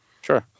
Sure